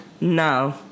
No